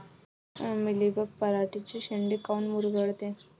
Mealybug पराटीचे चे शेंडे काऊन मुरगळते?